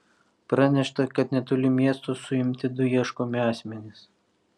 pranešta kad netoli miesto suimti du ieškomi asmenys